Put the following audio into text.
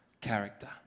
character